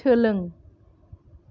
सोलों